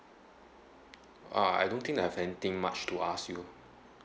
uh I don't think I have anything much to ask you